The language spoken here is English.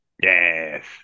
Yes